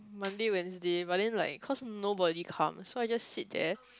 Monday Wednesday but then like cause nobody come so I just sit there